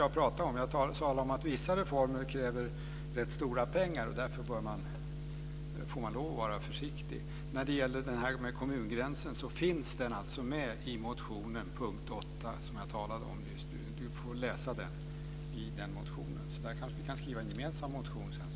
Jag har talat om att vissa reformer kräver rätt stora pengar och att man därför får lov att vara försiktig. Frågan om kommungränsen finns med under punkt 8 i den motion som jag talade om. Vi kan kanske så småningom skriva en gemensam motion om detta.